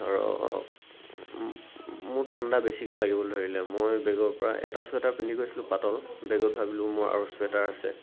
ধৰক মোৰ ঠাণ্ডা বেছিকৈ লাগিব ধৰিলে মই বেগৰ পৰা এটা চুৱেটাৰ পিন্ধি গৈছিলোঁ পাতল বেগত ভাবিলোঁ মোৰ আৰু চুৱেটাৰ আছে